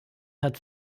hat